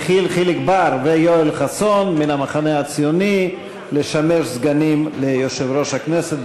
יחיאל חיליק בר ויואל חסון מן המחנה הציוני לשמש סגנים ליושב-ראש הכנסת.